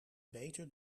beter